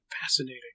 Fascinating